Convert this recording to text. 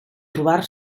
trobar